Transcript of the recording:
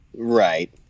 Right